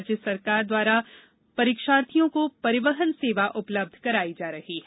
राज्य सरकारों द्वारा परीक्षार्थियों को परिवहन सेवा उपलब्ध कराई जा रही है